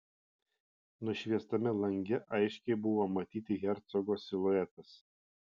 nušviestame lange aiškiai buvo matyti hercogo siluetas